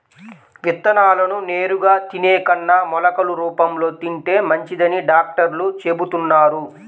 విత్తనాలను నేరుగా తినే కన్నా మొలకలు రూపంలో తింటే మంచిదని డాక్టర్లు చెబుతున్నారు